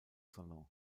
salon